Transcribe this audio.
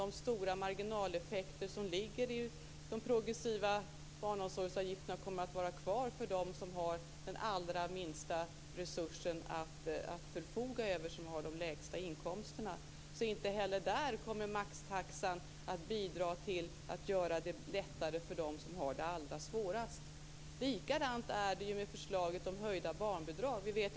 De stora marginaleffekterna av de progressiva barnomsorgsavgifterna kommer att finnas kvar för dem som har de allra minsta resurserna och de lägsta inkomsterna. Maxtaxan kommer alltså inte att ge någon förbättring för dem som har det allra svårast. Likadant är det med förslaget om höjning av barnbidragen.